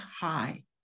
high